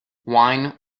wine